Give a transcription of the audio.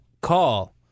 call